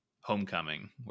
Homecoming